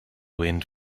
wind